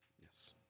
Yes